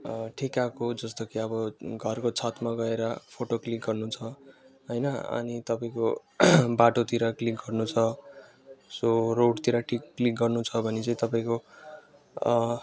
ठिकको जस्तो कि अब घरको छतमा गएर फोटो क्लिक गर्नुछ होइन अनि तपाईँको बाटोतिर क्लिक गर्नुछ सो रोडतिर टिक क्लिक गर्नु छ भने चाहिँ तपाईँको